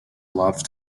love